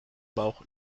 bauch